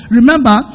Remember